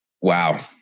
Wow